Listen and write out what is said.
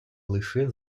лише